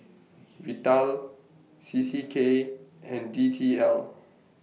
Vital C C K and D T L